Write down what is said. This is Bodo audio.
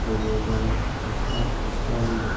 जयगुरु दं खृष्टियान